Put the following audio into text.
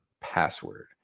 password